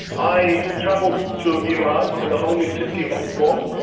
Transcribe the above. i travelled to iran, to the holy city of qom,